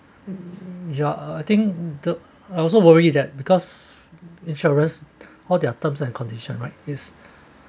ya I think I also worry that because insurers all their terms and condition right is